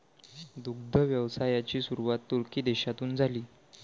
दुग्ध व्यवसायाची सुरुवात तुर्की देशातून झाली